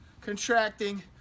contracting